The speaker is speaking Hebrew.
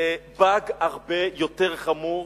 זה "באג" הרבה יותר חמור